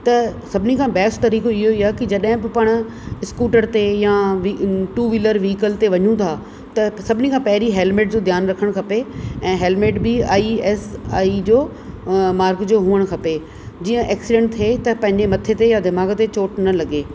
त सभिनी खां बैस्ट तरीक़ो इहो ई आहे की जॾहिं बि पाण स्कूटर ते या वि टूव्हीलर विहिकल ते वञूं था त सभिनी खां पहिरीं हैलमेट जो ध्यानु रखण खपे ऐं हैलमेट बि आईएसआई जो मार्ग जो हुअण खपे जीअं एक्सीडेंट थिए त पंहिंजे मथे ते या दिमाग़ ते चोट न लॻे